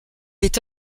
est